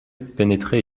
pénétrer